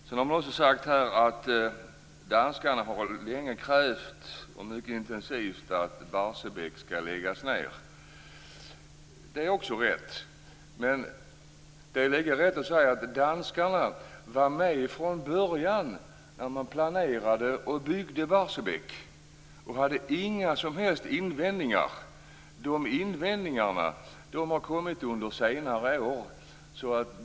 Sedan har man också sagt här att danskarna länge och intensivt har krävt att Barsebäck skall läggas ned. Det är också rätt. Men det är lika rätt att säga att danskarna var med från början när man planerade och byggde Barsebäck. De hade inga som helst invändningar. Invändningarna har kommit under senare år.